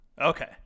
Okay